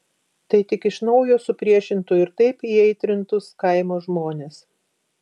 tai tik iš naujo supriešintų ir taip įaitrintus kaimo žmones